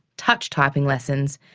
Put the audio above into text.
touch typing lessons,